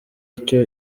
icyo